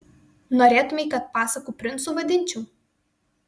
norėtumei kad pasakų princu vadinčiau